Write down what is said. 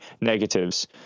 negatives